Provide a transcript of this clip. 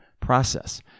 process